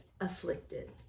afflicted